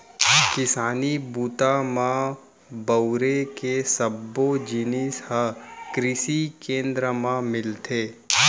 किसानी बूता म बउरे के सब्बो जिनिस ह कृसि केंद्र म मिलथे